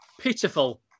pitiful